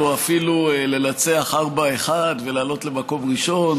אפילו לנצח 1:4 ולעלות למקום ראשון,